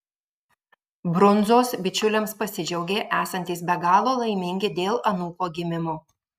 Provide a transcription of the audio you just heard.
brundzos bičiuliams pasidžiaugė esantys be galo laimingi dėl anūko gimimo